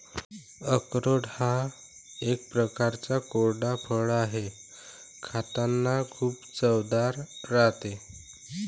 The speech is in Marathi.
अक्रोड हा एक प्रकारचा कोरडा फळ आहे, खातांना खूप चवदार राहते